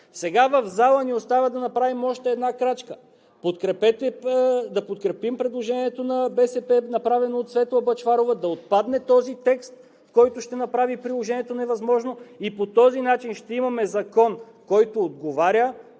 Сега в залата ни остава да направим още една крачка – да подкрепим предложението на БСП, направено от Светла Бъчварова, да отпадне този текст, който ще направи приложението невъзможно и по този начин ще имаме Закон, който отговаря,